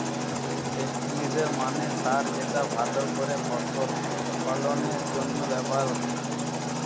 ফেস্টিলিজের মানে সার যেটা ভালো করে ফসল ফলনের জন্য ব্যবহার হতিছে